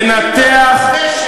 לנתח, מאמנים אותם.